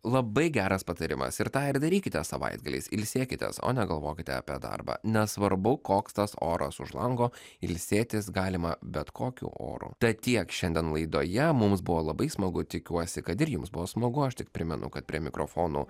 labai geras patarimas ir tą ir darykite savaitgaliais ilsėkitės o ne galvokite apie darbą nesvarbu koks tas oras už lango ilsėtis galima bet kokiu oru tiek šiandien laidoje mums buvo labai smagu tikiuosi kad ir jums buvo smagu aš tik primenu kad prie mikrofono